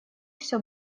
все